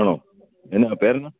ആണോ എന്നാ പേരെന്നാ